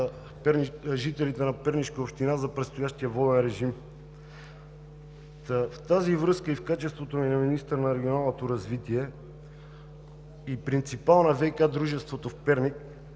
жителите на община Перник за предстоящия воден режим. В тази връзка и в качеството Ви на министър на регионалното развитие и принципал на ВиК дружеството в Перник,